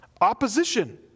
Opposition